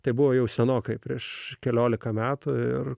tai buvo jau senokai prieš keliolika metų ir